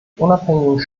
unabhängigen